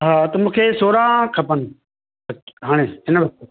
हा त मूंखे सोरहां खपनि हा हिन वक़्तु